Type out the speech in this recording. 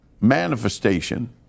manifestation